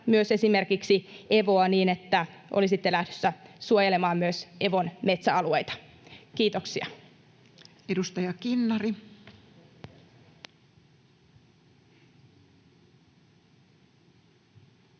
myös esimerkiksi Evoa, niin että olisitte lähdössä suojelemaan myös Evon metsäalueita? — Kiitoksia. Edustaja Kinnari. Arvoisa